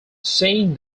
seeing